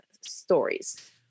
stories